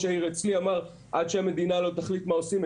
העיר אמר עד שהמדינה לא תחליט מה עושים,